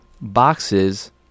boxes